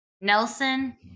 Nelson